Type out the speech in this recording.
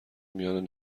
میان